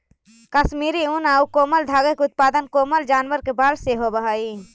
कश्मीरी ऊन आउ कोमल धागा के उत्पादन कोमल जानवर के बाल से होवऽ हइ